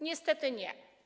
Niestety nie.